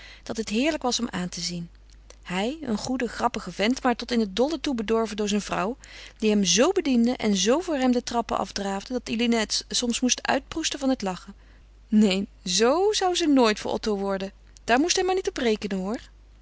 dat het heerlijk was om aan te zien hij een goede grappige vent maar tot in het dolle toe bedorven door zijn vrouw die hem zo bediende en zo voor hem de trappen afdraafde dat eline het soms moest uitproesten van het lachen neen zoo zou ze nooit voor otto worden daar moest hij maar niet op rekenen hoor